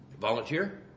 Volunteer